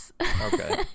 okay